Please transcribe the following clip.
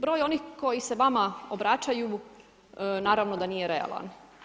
Broj onih koji se vama obraćaju naravno da nije realan.